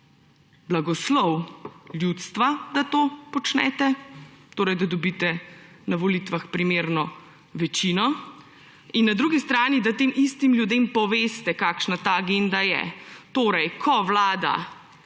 blagoslov ljudstva, da to počnete – torej, da dobite na volitvah primerno večino –in na drugi strani, da tem istim ljudem poveste, kakšna ta agenda je. Torej, ko vlada,